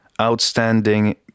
outstanding